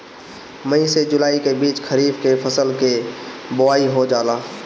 मई से जुलाई के बीच खरीफ के फसल के बोआई हो जाला